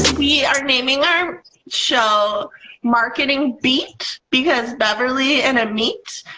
we are naming our show marketing beet because beverley and ameet.